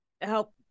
help